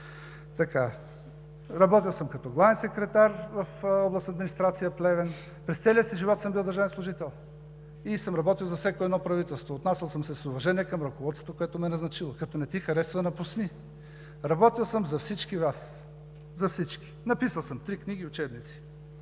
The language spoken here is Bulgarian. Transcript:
Работил съм като главен секретар в областна администрация Плевен. През целия си живот съм бил държавен служител и съм работил за всяко едно правителство. Отнасял съм се с уважение към ръководството, което ме е назначило. Като не ти харесва, напусни! Работил съм за всички Вас. За всички! Написал съм три книги и учебници.